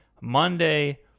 Monday